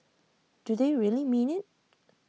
do they really mean IT